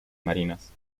marinas